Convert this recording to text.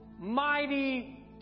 Mighty